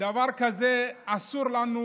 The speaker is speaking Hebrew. דבר כזה, אסור לנו